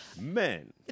men